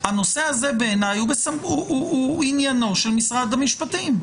הנושא הזה בעיניי הוא עניינו של משרד המשפטים,